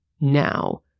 now